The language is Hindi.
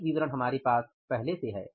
एक विवरण हमारे पास पहले से है